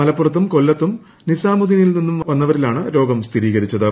മലപ്പുറത്തും കൊല്ലത്തും നിസാമുദീനിൽ നിന്ന് വന്നവരിലാണ് ് രോഗം സ്ഥിരീകരിച്ചത്